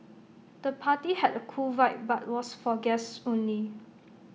the party had A cool vibe but was for guests only